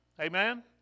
Amen